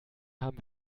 haben